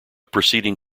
preceding